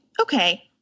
okay